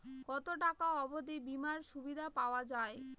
কত টাকা অবধি বিমার সুবিধা পাওয়া য়ায়?